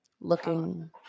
looking